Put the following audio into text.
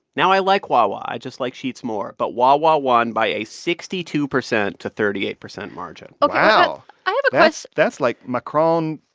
now, i like wawa. i just like sheetz more. but wawa won by a sixty two percent to thirty eight percent margin wow i have a question. that's like macron.